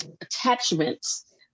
attachments